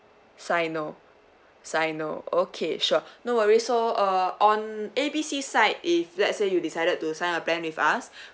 signo signo okay sure no worries so uh on A B C side if let's say you decided to sign a plan with us